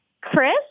Chris